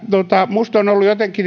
minusta on ollut jotenkin